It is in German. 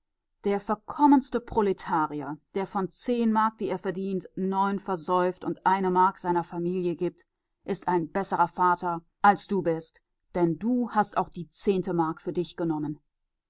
der verkommenste proletarier der von zehn mark die er verdient neun versäuft und eine mark seiner familie gibt ist ein besserer vater als du bist denn du hast auch die zehnte mark für dich genommen